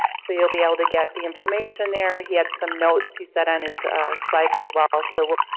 so you'll be able to get the information there. he had some notes he said on his slides, as well, so